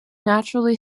naturally